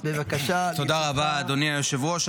תודה רבה, אדוני היושב-ראש.